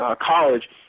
College